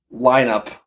lineup